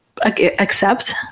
accept